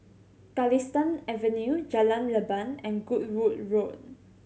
Galistan Avenue Jalan Leban and Goodwood Road